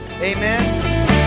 amen